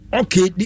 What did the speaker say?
okay